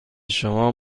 شما